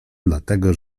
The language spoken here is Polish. dlatego